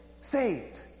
Saved